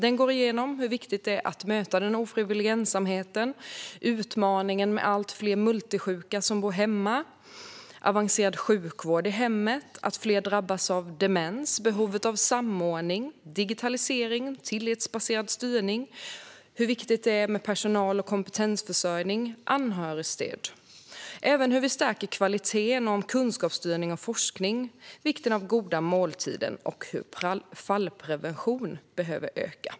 Den går igenom hur viktigt det är att möta ofrivillig ensamhet, utmaningen med allt fler multisjuka som bor hemma, avancerad sjukvård i hemmet, att fler drabbas av demens, behovet av samordning, digitalisering, tillitsbaserad styrning, hur viktigt det är med personal och kompetensförsörjning, anhörigstöd, hur vi stärker kvaliteten, kunskapsstyrning och forskning, vikten av den goda måltiden och hur fallprevention behöver öka.